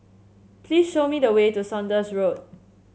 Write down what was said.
please show me the way to Saunders Road